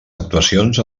actuacions